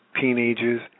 teenagers